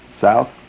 South